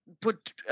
put